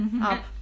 up